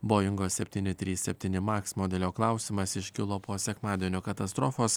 boingo septyni trys septyni maks modelio klausimas iškilo po sekmadienio katastrofos